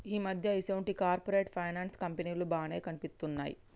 ఈ మధ్య ఈసొంటి కార్పొరేట్ ఫైనాన్స్ కంపెనీలు బానే కనిపిత్తున్నయ్